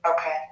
Okay